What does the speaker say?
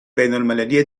بینالمللی